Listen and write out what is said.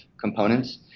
components